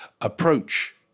approach